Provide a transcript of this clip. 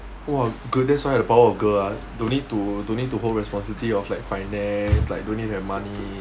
!wah! good that's why the power of girl ah don't need to don't need to hold responsibility of like finance like don't need that money